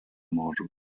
morzu